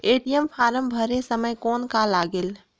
ATM form भरे समय कौन का लगेल?